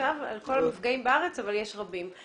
עכשיו על כל המפגעים בארץ אבל יש רבים.